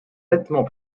nettement